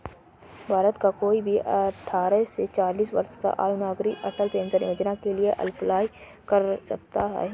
भारत का कोई भी अठारह से चालीस वर्ष आयु का नागरिक अटल पेंशन योजना के लिए अप्लाई कर सकता है